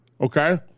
Okay